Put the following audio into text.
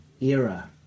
era